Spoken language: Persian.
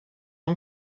اون